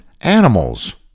animals